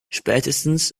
spätestens